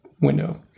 window